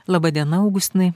laba diena augustinai